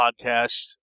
podcast